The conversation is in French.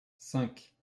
cinq